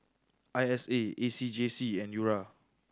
I S A A C J C and URA